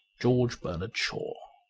george bernard shaw